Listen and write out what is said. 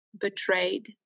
betrayed